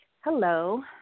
Hello